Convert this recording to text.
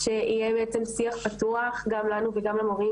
שבעצם יהיה שיח פתוח גם לנו וגם למורים,